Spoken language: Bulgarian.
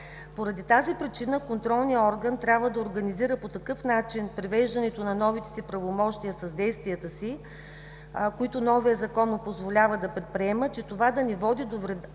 Поради тази причина контролният орган трябва да организира по такъв начин привеждането на новите си правомощия с действията си, които новия Закон му позволява да предприема, че това да не води до вреда